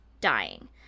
dying